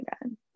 again